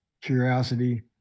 curiosity